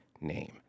name